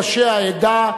אני פניתי לראשי העדה,